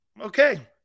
okay